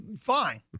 fine